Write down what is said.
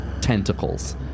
tentacles